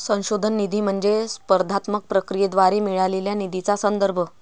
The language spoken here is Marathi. संशोधन निधी म्हणजे स्पर्धात्मक प्रक्रियेद्वारे मिळालेल्या निधीचा संदर्भ